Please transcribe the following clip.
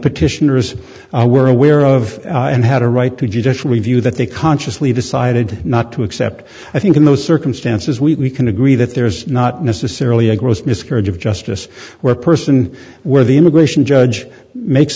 petitioners were aware of and had a right to judicial review that they consciously decided not to accept i think in those circumstances we can agree that there's not necessarily a gross miscarriage of justice where person where the immigration judge makes